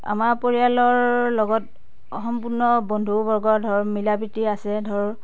আমাৰ পৰিয়ালৰ লগত সম্পূৰ্ণ বন্ধু বৰ্গ ধৰ মিলা প্ৰীতি আছে ধৰ